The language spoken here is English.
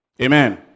Amen